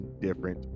different